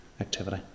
activity